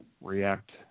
react